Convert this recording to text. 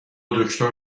دکتر